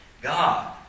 God